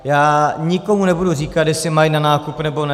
Já nikomu nebudu říkat, jestli má jít na nákupy, nebo ne.